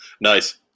Nice